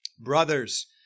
Brothers